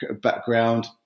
background